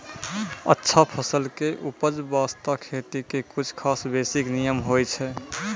अच्छा फसल के उपज बास्तं खेती के कुछ खास बेसिक नियम होय छै